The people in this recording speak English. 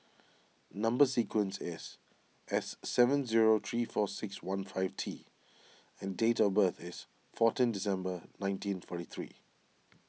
Number Sequence is S seven zero three four six one five T and date of birth is fourteen December nineteen forty three